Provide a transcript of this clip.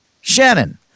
Shannon